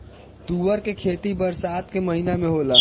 तूअर के खेती बरसात के महिना में होला